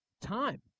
time